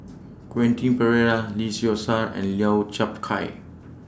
Quentin Pereira Lee Seow Ser and Lau Chiap Khai